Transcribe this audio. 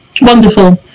Wonderful